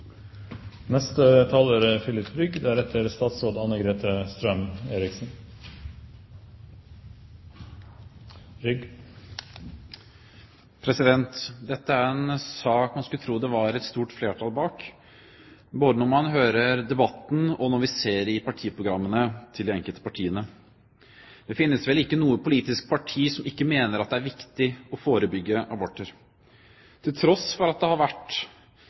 Dette er en sak man skulle tro det var et stort flertall bak, både når man hører debatten og når man leser partiprogrammene til de enkelte partiene. Det finnes vel ikke noe politisk parti som ikke mener at det er viktig å forebygge aborter. Til tross for at det har vært,